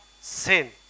sin